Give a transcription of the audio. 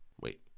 Wait